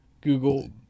Google